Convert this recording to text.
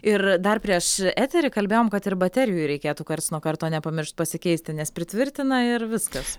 ir dar prieš eterį kalbėjom kad ir baterijų reikėtų karts nuo karto nepamiršt pasikeisti nes pritvirtina ir viskas